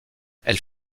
elle